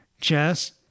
chess